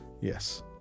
yes